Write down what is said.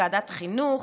ועדת החינוך,